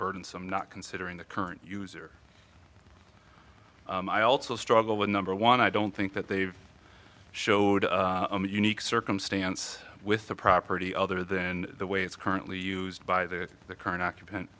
burdensome not considering the current user i also struggle with number one i don't think that they showed a unique circumstance with the property other than the way it's currently used by the current occupant